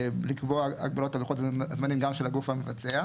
לקבוע הגבלות על לוחות זמנים גם של הגוף המבצע.